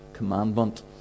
Commandment